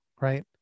Right